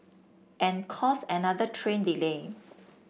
and cause another train delay